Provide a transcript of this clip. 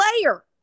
player